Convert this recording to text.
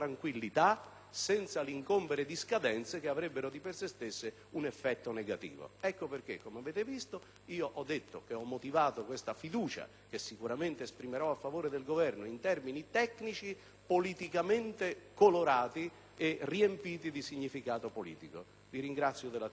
senza l'incombere di scadenze che avrebbero, di per sé stesse, un effetto negativo. Ecco perché ho motivato questa fiducia che sicuramente esprimerò a favore del Governo in termini tecnici, politicamente colorati e riempiti di significato politico. *(Applausi dal Gruppo